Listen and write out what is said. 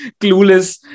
clueless